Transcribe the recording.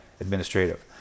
administrative